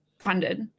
funded